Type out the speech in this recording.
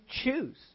choose